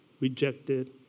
rejected